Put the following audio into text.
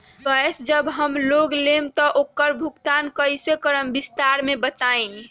Gas जब हम लोग लेम त उकर भुगतान कइसे करम विस्तार मे बताई?